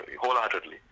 wholeheartedly